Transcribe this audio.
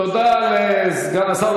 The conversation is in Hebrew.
תודה לסגן השר.